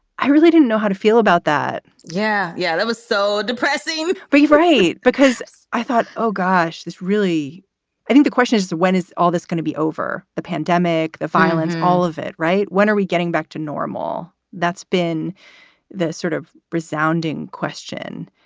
i really didn't know how to feel about that yeah. yeah that was so depressing for you for eight because i thought, oh gosh, this really i think the question is, when is all this gonna be over? the pandemic, the violence, all of it. right. when are we getting back to normal? that's been the sort of resounding question.